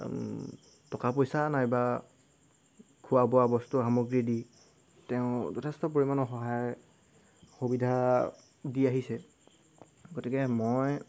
টকা পইচা নাইবা খোৱা বোৱা বস্তুৰ সামগ্ৰী দি তেওঁ যথেষ্ট পৰিমাণৰ সহায় সুবিধা দি আহিছে গতিকে মই